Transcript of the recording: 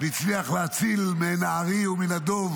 והצליח להציל מן הארי ומן הדוב,